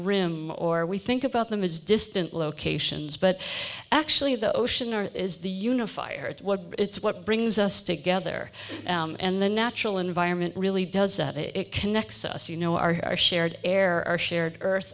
rim or we think about them as distant locations but actually the ocean our is the unifier at what it's what brings us together and the natural environment really does that it connects us you know our shared air our shared earth